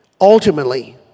Ultimately